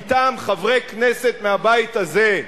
מטעם חברי כנסת מהבית הזה,